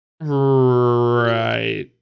Right